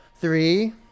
three